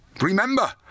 Remember